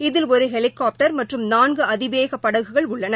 இதில் ஒரு ஹெலிகாப்டர் மற்றும் நான்கு அதிவேகப் படகுகள் உள்ளன